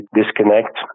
disconnect